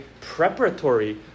preparatory